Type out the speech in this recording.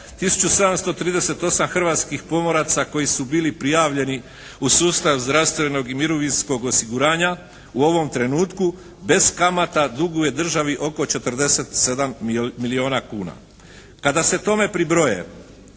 1738 hrvatskih pomoraca koji su bili prijavljeni u sustav zdravstvenog i mirovinskog osiguranja u ovom trenutku bez kamata duguje državi oko 47 milijuna kuna. Kada se tome pribroje